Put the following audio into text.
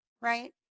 Right